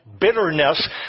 bitterness